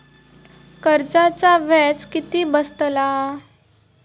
कर्जाचा व्याज किती बसतला?